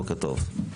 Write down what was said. בוקר טוב.